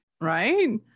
right